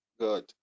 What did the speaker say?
good